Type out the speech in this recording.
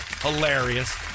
Hilarious